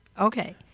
Okay